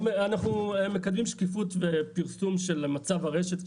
אנחנו מקדמים שקיפות ופרסום של מצב הרשת,